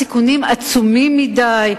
הסיכונים עצומים מדי,